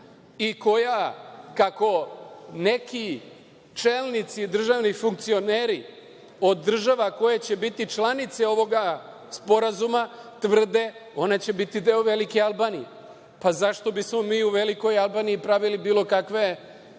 i koja, kako neki čelnici, državni funkcioneri od država koje će biti članice ovoga sporazuma tvrde, ona će biti deo velike Albanije, zašto bismo mi u velikoj Albaniji pravili bilo kakve